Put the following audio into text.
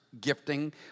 gifting